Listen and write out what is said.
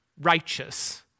righteous